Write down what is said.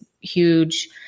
huge